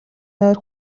нойр